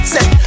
Set